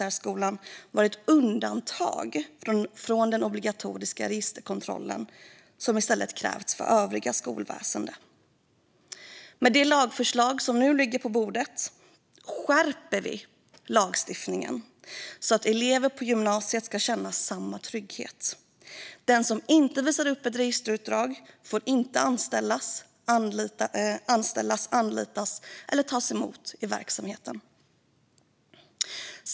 Därför gick vi till val på att registerkontroller ska utvidgas till att omfatta gymnasiet och gymnasiesärskolan. Med det lagförslag som nu ligger på bordet skärper vi lagstiftningen så att eleverna på gymnasiet ska känna samma trygghet. Den som inte visar upp ett registerutdrag får inte anställas, anlitas eller tas emot i verksamheten.